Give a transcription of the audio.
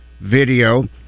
video